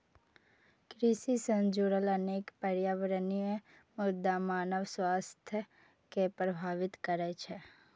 कृषि सं जुड़ल अनेक पर्यावरणीय मुद्दा मानव स्वास्थ्य कें प्रभावित करै छै